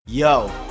Yo